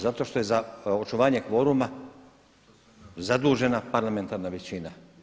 Zato što je za očuvanje kvoruma zadužena parlamentarna većina.